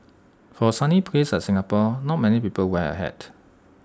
for A sunny place like Singapore not many people wear A hat